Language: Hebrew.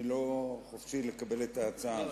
אני לא חופשי לקבל את ההצעה הזאת.